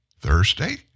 Thursday